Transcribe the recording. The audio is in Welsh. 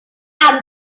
amser